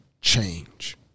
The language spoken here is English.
change